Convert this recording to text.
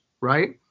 Right